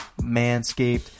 Manscaped